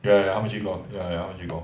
ya ya 他们去 golf ya ya 他们去 golf